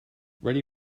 ready